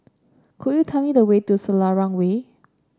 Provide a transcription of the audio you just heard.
could you tell me the way to Selarang Way